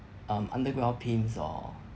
um underground pimps or